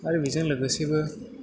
आरो बेजों लोगोसेबो